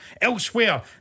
Elsewhere